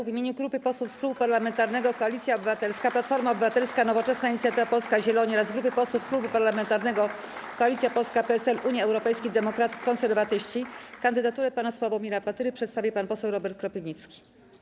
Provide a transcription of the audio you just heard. W imieniu grupy posłów z Klubu Parlamentarnego Koalicja Obywatelska - Platforma Obywatelska, Nowoczesna, Inicjatywa Polska, Zieloni oraz grupy posłów Klubu Parlamentarnego Koalicja Polska - PSL, Unia Europejskich Demokratów, Konserwatyści kandydaturę pana Sławomira Patyry przedstawi pan poseł Robert Kropiwnicki.